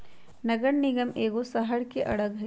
नगर निगम एगो शहरके अङग हइ